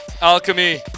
Alchemy